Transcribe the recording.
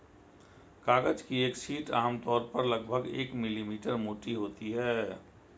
कागज की एक शीट आमतौर पर लगभग एक मिलीमीटर मोटी होती है